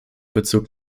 bezug